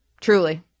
Truly